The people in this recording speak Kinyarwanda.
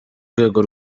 rwego